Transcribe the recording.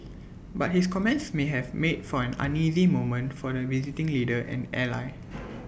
but his comments may have made for an uneasy moment for the visiting leader and ally